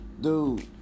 dude